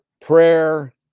prayer